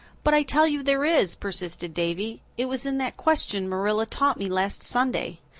but i tell you there is, persisted davy. it was in that question marilla taught me last sunday.